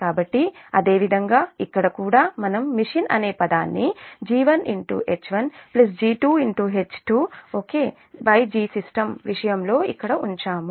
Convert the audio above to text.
కాబట్టి అదేవిధంగా ఇక్కడ కూడా మనం మెషిన్ అనే పదాన్ని G1 H1 G2 H2 right Gsystem విషయంలో ఇక్కడ ఉంచాము